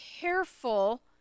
careful